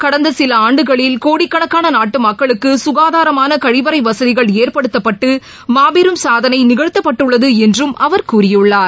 கடந்த சில ஆண்டுகளில் கோடிக்கணக்கான நாட்டு மக்களுக்கு கசுகாதாரமான கழிவறை வசதிகள் ஏற்படுத்தப்பட்டு மாபெரும் சாதனை நிகழ்த்தப்பட்டுள்ளது என்றும் அவர் கூறியுள்ளார்